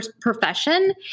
profession